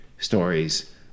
stories